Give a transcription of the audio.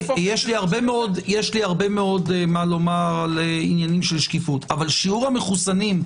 יש לי הרבה מה לומר על ענייני שקיפות אבל הנתונים של שיעור המחוסנים,